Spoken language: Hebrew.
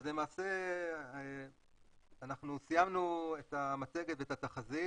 אז למעשה אנחנו סיימנו את המצגת ואת התחזית.